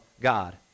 god